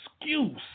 excuse